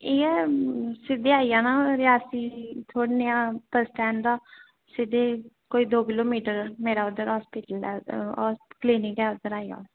इ'यै सिद्धे आई जाना रियासी दी थोह्ड़े नेहा बस स्टैंड दा सिद्धे कोई दो किलो मीटर मेरा उद्धर होस्पिटल ऐ क्लिनिक ऐ उद्धर आई आओ